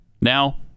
now